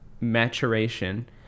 maturation